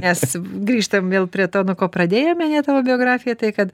nes grįžtam vėl prie to ko pradėjome ane tavo biografiją tai kad